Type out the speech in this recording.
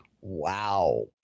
wow